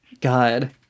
God